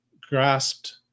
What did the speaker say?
grasped